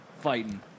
fighting